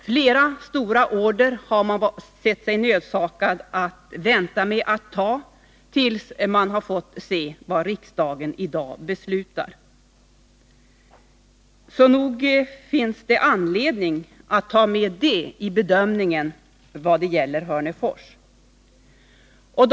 Flera stora order har man sett sig nödsakad att vänta med att ta tills man fått se vad riksdagen i dag beslutar. Så nog finns det anledning att ta med det i bedömningen av Hörnefors fabriker.